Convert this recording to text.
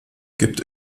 gibt